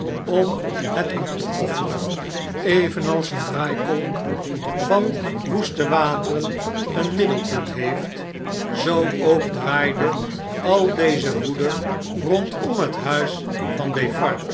om het op te offeren evenals een draaikolk van woeste wateren een middelpunt heeft zoo ook draaide al deze woede rondom het huis van